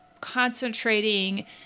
concentrating